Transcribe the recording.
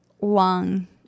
long